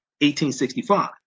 1865